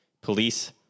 Police